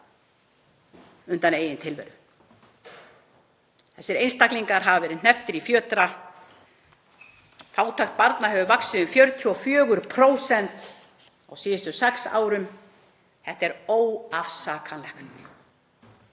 undan eigin tilveru. Þessir einstaklingar hafa verið hnepptir í fjötra. Fátækt barna hefur vaxið um 44% á síðustu sex árum. Þetta er óafsakanlegt.